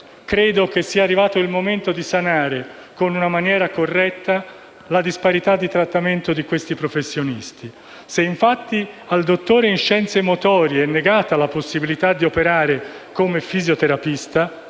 Credo sia arrivato il momento di sanare in maniera corretta la disparità di trattamento di questi professionisti. Se, infatti, al dottore in scienze motorie è negata la possibilità di operare come fisioterapista